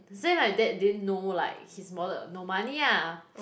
say my dad didn't know like his wallet got no money ah